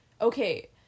Okay